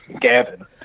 Gavin